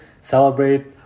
celebrate